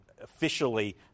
officially